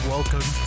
Welcome